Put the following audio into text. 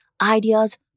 ideas